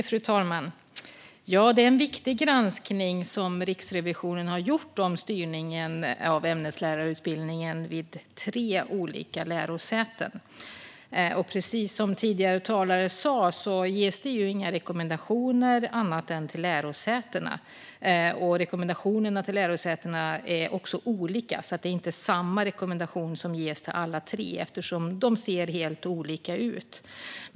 Fru talman! Det är en viktig granskning som Riksrevisionen har gjort av styrningen av ämneslärarutbildningen vid tre olika lärosäten. Precis som föregående talare sa ges det inga rekommendationer annat än till lärosätena, och rekommendationerna till lärosätena är också olika. Det är alltså inte samma rekommendation som ges till alla tre, eftersom de ser helt olika ut.